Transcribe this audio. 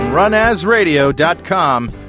RunAsRadio.com